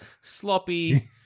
sloppy